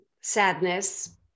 sadness